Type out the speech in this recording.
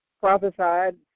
prophesied